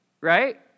Right